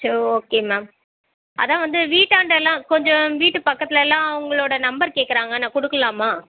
சரி okay ma'am அதுதான் வந்து வீட்டாண்டயெலாம் கொஞ்சம் வீட்டு பக்கத்துலெலாம் உங்களோடய நம்பர் கேட்குறாங்க நான் கொடுக்கலாமா